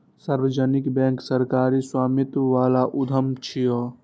सार्वजनिक बैंक सरकारी स्वामित्व बला उद्यम छियै